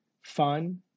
fun